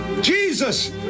Jesus